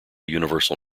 universal